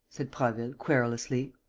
said prasville, querulously.